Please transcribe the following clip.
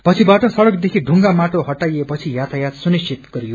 पछिबाट सड़क देखि ढुंगा माटो हटाईएपछि यातायात सुनिश्चित गरियो